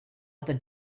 other